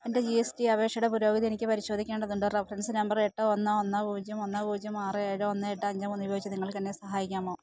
എൻ്റെ G S D അപേക്ഷയുടെ പുരോഗതി എനിക്ക് പരിശോധിക്കേണ്ടതുണ്ട് റഫറൻസ് നമ്പർ എട്ട് ഒന്ന് ഒന്ന് പൂജ്യം ഒന്ന് പൂജ്യം ആറ് ഏഴ് ഒന്ന് എട്ട് അഞ്ച് മൂന്ന് ഉപയോഗിച്ച് നിങ്ങൾക്കെന്നെ സഹായിക്കാമോ